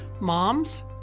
Moms